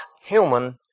human